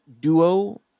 duo